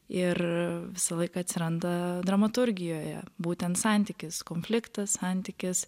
ir visą laiką atsiranda dramaturgijoje būtent santykis konfliktas santykis